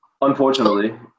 Unfortunately